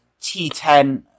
T10